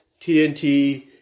TNT